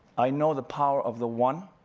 i know the power of the one,